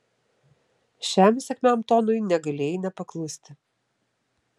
šiam įsakmiam tonui negalėjai nepaklusti